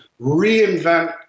reinvent